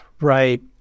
Right